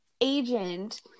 agent